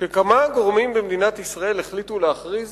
שכמה גורמים במדינת ישראל החליטו להכריז